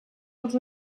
els